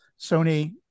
sony